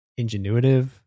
ingenuitive